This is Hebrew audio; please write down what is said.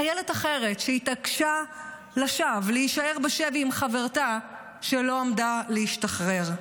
חיילת אחרת שהתעקשה לשווא להישאר בשבי עם חברתה שלא עמדה להשתחרר.